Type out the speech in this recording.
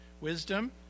wisdom